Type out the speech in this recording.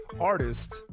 artist